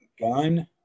gun